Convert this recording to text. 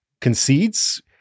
concedes